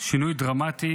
שינוי דרמטי